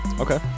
okay